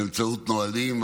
באמצעות נהלים,